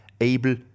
able